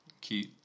cute